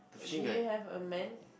do you have a man